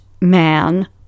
man